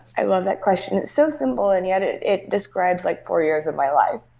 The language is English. i love that question. it's so simple and yet it it describes like four years of my life.